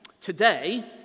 today